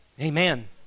Amen